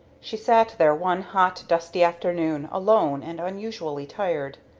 she sat there one hot, dusty afternoon, alone and unusually tired.